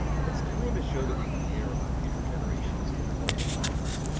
and it's time to show that we care about future generations that are going to follow us.